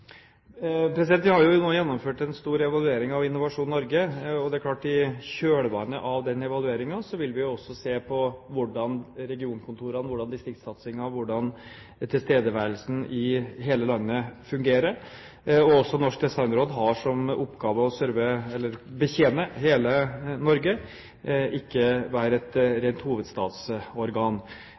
Vi har nå gjennomført en stor evaluering av Innovasjon Norge. Det er klart at i kjølvannet av den evalueringen vil vi også se på hvordan regionkontorene, distriktssatsingen og tilstedeværelsen i hele landet fungerer. Norsk Designråd har som oppgave å betjene hele Norge, og skal ikke være et rent